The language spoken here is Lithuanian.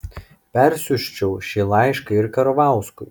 persiųsčiau šį laišką ir karvauskui